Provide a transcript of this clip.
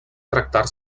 tractar